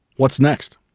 what's next?